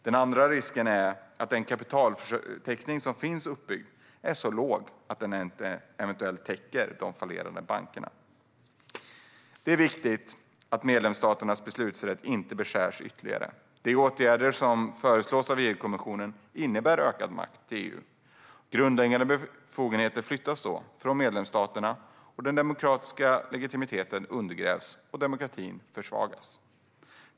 Den andra risken är att den kapitaltäckning som finns är så låg att den inte täcker eventuellt fallerande banker. Det är viktigt att medlemsstaternas beslutsrätt inte beskärs ytterligare. De åtgärder som förslås av EU-kommissionen innebär ökad makt till EU. Grundläggande befogenheter flyttas då från medlemsstaterna, den demokratiska legitimiteten undergrävs och demokratin försvagas.